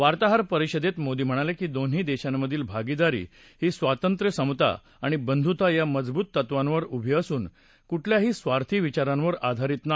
वार्ताहर परिषदेत मोदी म्हणाले की दोन्ही देशांमधली भागीदारी ही स्वातंत्र्य समता आणि बंधुता या मजवूत तत्त्वांवर उभी असून कुठल्याही स्वार्थी विचारांवर आधारित नाही